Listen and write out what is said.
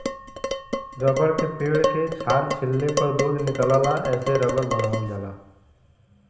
rubber के पेड़ के छाल छीलले पर दूध निकलला एसे रबर बनावल जाला